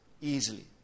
easily